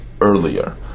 earlier